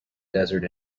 desert